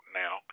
now